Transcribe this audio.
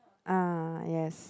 ah yes